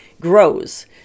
grows